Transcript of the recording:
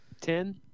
Ten